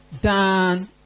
done